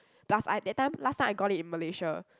plus I that time last time I got it in Malaysia